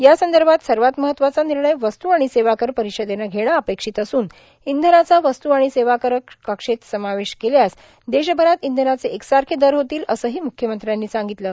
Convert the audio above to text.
यासंदभात सवात महत्त्वाचा र्गनणय वस्तू आर्गण सेवा कर र्पारषदेनं घेणं अपेक्षित असून इंधनाचा वस्तू आर्गण सेवा कर कक्षेत समावेश केल्यास देशभरात इंधनाचे एक सारखे दर होतील असंही मुख्यमंत्र्यांनी सांगगतलं